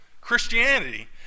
Christianity